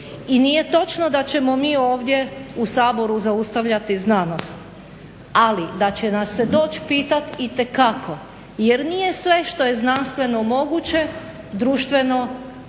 I nije točno da ćemo mi ovdje u Saboru zaustavljati znanost, ali da će nas se doći pitat, itekako, jer nije sve što je znanstveno moguće društveno